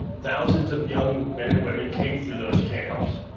thousands of young men and women came through those camps.